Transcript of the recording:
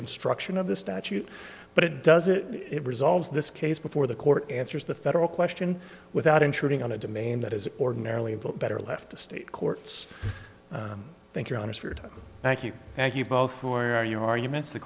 construction of the statute but it does it it resolves this case before the court answers the federal question without intruding on a domain that is ordinarily but better left the state courts thank you on a spirit thank you thank you both for your arguments the